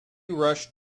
rushed